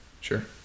Sure